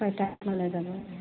হয় যাব